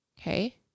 Okay